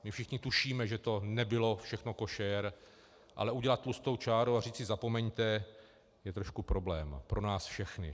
My všichni tušíme, že to nebylo všechno košer, ale udělat tlustou čáru a říci zapomeňte je trošku problém pro nás všechny.